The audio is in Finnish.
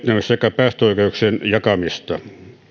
sekä päästöoikeuksien jakamista